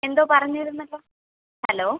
എന്തോ പറഞ്ഞിരുന്നല്ലോ ഹലോ